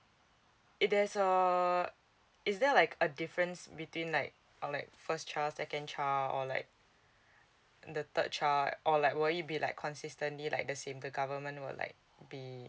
if there's a is there like a difference between like um like first child second child or like the third child or like will you be like consistently like the same the government will like be